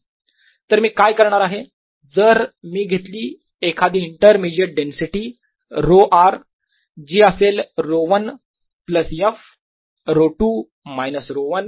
W214π0122rV2rdV122rV2surfacerds तर मी काय करणार आहे जर मी घेतली एखादी इंटरमिजिएट डेन्सिटी ρ r जी असेल ρ1 प्लस f ρ2 मायनस ρ1